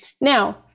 Now